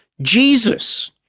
Jesus